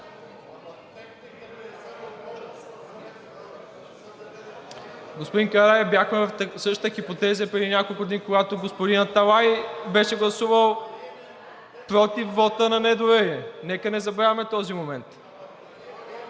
Господин Карадайъ, бяхме в същата хипотеза и преди няколко дни, когато господин Аталай беше гласувал против вота на недоверие. Нека не забравяме този момент.